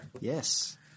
Yes